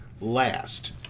last